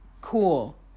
cool